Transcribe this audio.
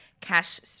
Cash